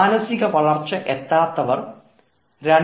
മാനസിക വളർച്ച എത്താത്ത അവർ 2